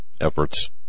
efforts